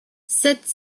sept